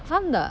faham tak